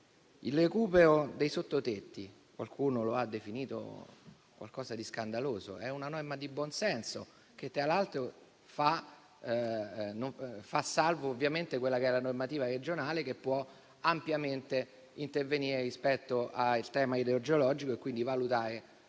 il recupero dei sottotetti qualcuno l'ha definito una misura scandalosa. Invece, è una norma di buonsenso che, tra l'altro, fa salva la normativa regionale, che può ampiamente intervenire rispetto al tema idrogeologico e quindi valutare